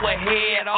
ahead